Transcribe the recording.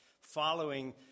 following